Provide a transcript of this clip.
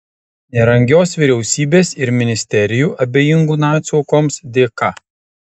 nerangios vyriausybės ir ministerijų abejingų nacių aukoms dėka